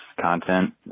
content